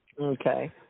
Okay